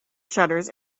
shutters